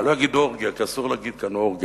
אני לא אגיד אורגיה כי אסור להגיד כאן אורגיה,